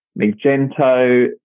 Magento